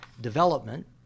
development